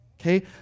Okay